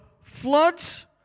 floods